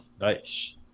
nice